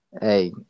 Hey